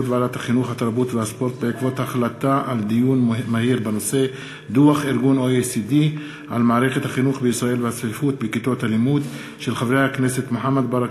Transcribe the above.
לקריאה שנייה ולקריאה שלישית: הצעת חוק להשתתפותם של העובדים,